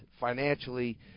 financially